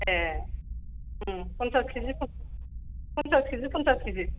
ए ओं पन्सास किजि पन्सास किजि पन्सास किजि पन्सास किजि